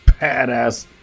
badass